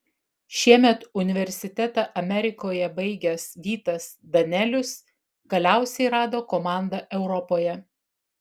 šiemet universitetą amerikoje baigęs vytas danelius galiausiai rado komandą europoje